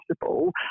possible